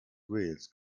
wales